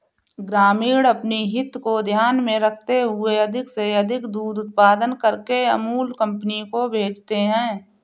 ग्रामीण अपनी हित को ध्यान में रखते हुए अधिक से अधिक दूध उत्पादन करके अमूल कंपनी को भेजते हैं